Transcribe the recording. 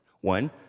One